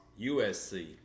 USC